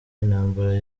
intambara